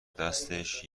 دستش